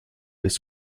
ist